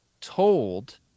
told